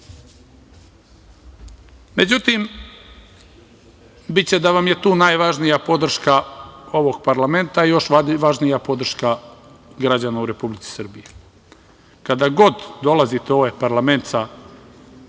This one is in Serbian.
biće da vam je tu najvažnija podrška ovog parlamenta, i još važnija podrška građana u Republici Srbiji. Kada god dolazite u ovaj parlament sa